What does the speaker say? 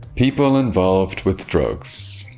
people involved with drugs.